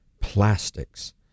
plastics